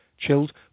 chilled